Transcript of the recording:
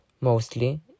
Mostly